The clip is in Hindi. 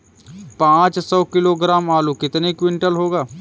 पाँच सौ किलोग्राम आलू कितने क्विंटल होगा?